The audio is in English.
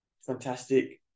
fantastic